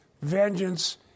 vengeance